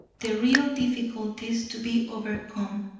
the real difficulties to be overcome.